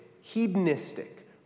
hedonistic